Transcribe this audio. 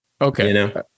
Okay